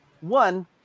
One